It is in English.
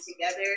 together